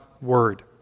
Word